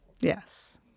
Yes